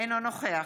אינו נוכח